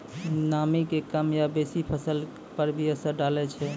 नामी के कम या बेसी फसल पर की असर डाले छै?